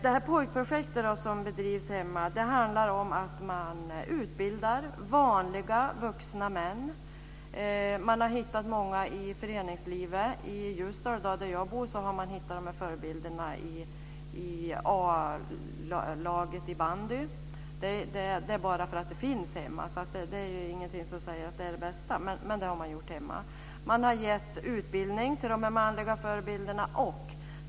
Det pojkprojekt som bedrivs i mitt hemlandskap handlar om att man utbildar vanliga vuxna män. Man har hittat många i föreningslivet. I Ljusdal där jag bor har man hittat förebilderna i A-laget i bandy. Det beror bara på att det finns hemma. Det är inget som säger att det är det bästa, men det har man gjort hemma. Man har gett utbildning till dessa manliga förebilder.